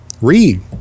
read